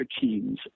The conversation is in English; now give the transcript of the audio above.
teams